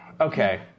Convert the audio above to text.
Okay